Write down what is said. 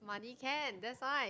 money can that's why